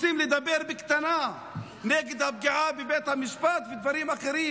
רוצים לדבר בקטנה נגד הפגיעה בבית המשפט ודברים אחרים.